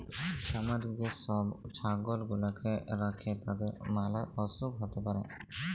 খামারে যে সব ছাগল গুলাকে রাখে তাদের ম্যালা অসুখ হ্যতে পারে